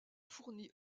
fourni